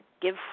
Give